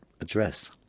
address